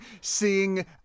seeing